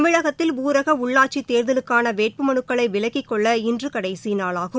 தமிழகத்தில் ஊரக உள்ளாட்சி தேர்தலுக்கான வேட்புமனுக்களை விலக்கிக் கொள்ள இன்று கடைசி நாளாகும்